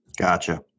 Gotcha